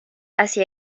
hacia